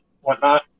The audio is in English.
whatnot